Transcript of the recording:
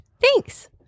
Thanks